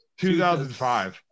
2005